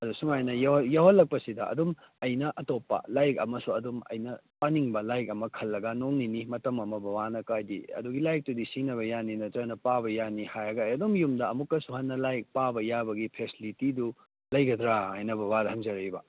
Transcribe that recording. ꯑꯗꯨ ꯁꯨꯃꯥꯏꯅ ꯌꯧꯍꯜꯂꯛꯄꯁꯤꯗ ꯑꯗꯨꯝ ꯑꯩꯅ ꯑꯇꯣꯞꯄ ꯂꯥꯏꯔꯤꯛ ꯑꯃꯁꯨ ꯑꯗꯨꯝ ꯑꯩꯅ ꯄꯥꯅꯤꯡꯕ ꯂꯥꯏꯔꯤꯛ ꯑꯃ ꯈꯜꯂꯒ ꯅꯣꯡ ꯅꯤꯅꯤ ꯃꯇꯝ ꯑꯃ ꯕꯕꯥꯅꯀꯣ ꯍꯥꯏꯗꯤ ꯑꯗꯨꯒꯤ ꯂꯥꯏꯔꯤꯛꯇꯨꯗꯤ ꯁꯤꯖꯤꯟꯅꯕ ꯌꯥꯅꯤ ꯅꯠꯇ꯭ꯔꯒꯅ ꯄꯥꯕ ꯌꯥꯅꯤ ꯍꯥꯏꯔꯒ ꯑꯩ ꯑꯗꯨꯝ ꯌꯨꯝꯗ ꯑꯃꯨꯛꯀꯁꯨ ꯍꯟꯅ ꯂꯥꯏꯔꯤꯛ ꯄꯥꯕ ꯌꯥꯕꯒꯤ ꯐꯦꯁꯤꯂꯤꯇꯤꯗꯨ ꯂꯩꯒꯗ꯭ꯔꯥ ꯍꯥꯏꯅ ꯕꯕꯥꯗ ꯍꯪꯖꯔꯛꯏꯕ